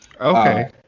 Okay